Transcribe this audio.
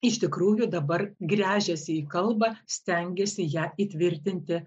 iš tikrųjų dabar gręžiasi į kalbą stengiasi ją įtvirtinti